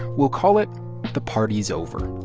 we'll call it the party's over.